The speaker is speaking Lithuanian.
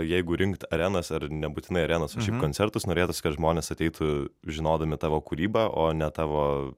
jeigu rinkti arenas ar nebūtinai arenos koncertus norėtųsi kad žmonės ateitų žinodami tavo kūrybą o ne tavo